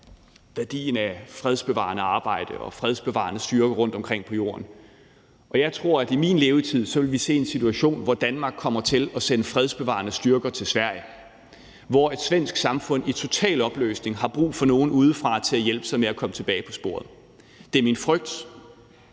værdien af fredsbevarende arbejde og fredsbevarende styrker rundtomkring på Jorden. Og jeg tror, at vi i min levetid vil se en situation, hvor Danmark kommer til at sende fredsbevarende styrker til Sverige, hvor et svensk samfund i total opløsning har brug for nogle udefra til at hjælpe sig med at komme tilbage på sporet. Det er min frygt,